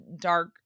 dark